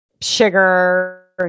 sugar